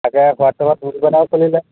তাকে হোৱাটছ্এপত ভোট গণনাও চলিলে